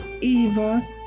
Eva